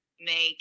make